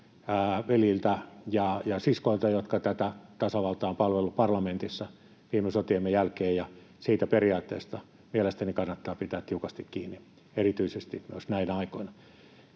veljiltä ja siskoilta, jotka tätä tasavaltaa ovat palvelleet parlamentissa viime sotiemme jälkeen, ja siitä periaatteesta mielestäni kannattaa pitää tiukasti kiinni erityisesti myös näinä aikoina.